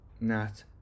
Nat